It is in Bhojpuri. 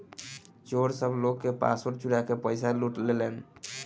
चोर सब लोग के पासवर्ड चुरा के पईसा लूट लेलेन